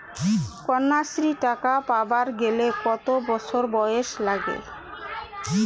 কন্যাশ্রী টাকা পাবার গেলে কতো বছর বয়স লাগে?